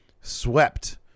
swept